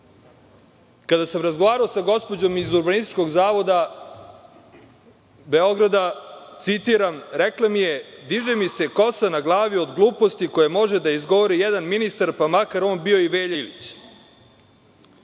sam razgovarao sa gospođom iz Urbanističkog zavoda Beograda, citiram, rekla mi je – diže mi se kosa na glavi od gluposti koje može da izgovori jedan ministar, pa makar on bio i Velja Ilić.